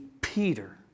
Peter